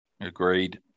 Agreed